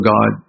God